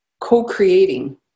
co-creating